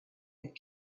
had